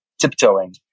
tiptoeing